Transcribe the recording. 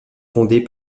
fondée